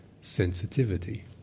sensitivity